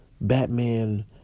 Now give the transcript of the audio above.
Batman